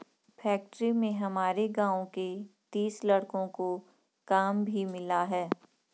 factory में हमारे गांव के तीस लड़कों को काम भी मिला है